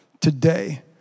today